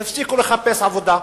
והפסיקו לחפש עבודה.